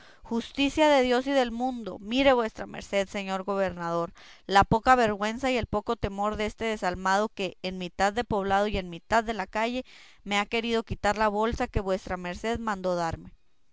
justicia de dios y del mundo mire vuestra merced señor gobernador la poca vergüenza y el poco temor deste desalmado que en mitad de poblado y en mitad de la calle me ha querido quitar la bolsa que vuestra merced mandó darme